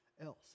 else